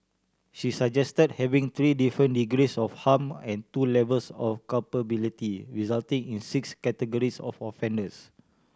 she suggested having three different degrees of harm and two levels of culpability resulting in six categories of offenders